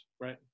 right